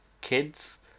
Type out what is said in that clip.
kids